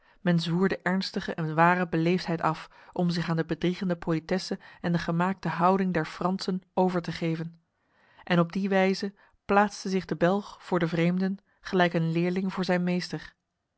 zwoer de ernstige en ware beleefdheid af om zich aan de bedriegende politesse en de gemaakte houding der fransen over te geven en op die wijze plaatste zich de belg voor de vreemden gelijk een leerling voor zijn meester